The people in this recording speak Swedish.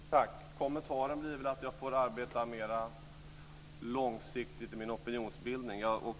Fru talman! Kommentaren blir att jag får arbeta mer långsiktigt i min opinionsbildning.